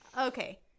Okay